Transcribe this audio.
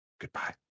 Goodbye